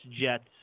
Jets